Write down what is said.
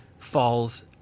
falls